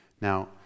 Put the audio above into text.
Now